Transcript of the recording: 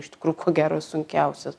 iš tikrų ko gero sunkiausias